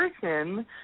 person